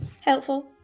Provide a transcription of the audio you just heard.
Helpful